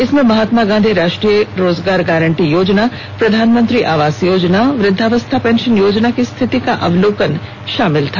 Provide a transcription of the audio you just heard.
इसमें महात्मा गांधी राष्ट्रीय रोजगार गारंटी योजना प्रधानमंत्री आवास योजना वृद्धावस्था पेंशन योजना की स्थिति का अवलोकन किया गया